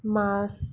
মাছ